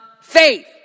faith